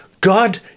God